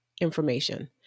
information